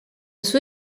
sue